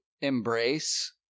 embrace